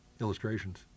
illustrations